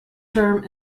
term